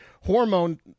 hormone